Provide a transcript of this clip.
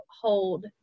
hold